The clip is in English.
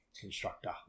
constructor